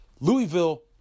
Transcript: Louisville